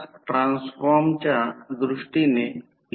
म्हणून प्रतिबाधा Z 8 j 6 Ω असेल